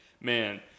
man